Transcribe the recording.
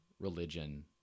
religion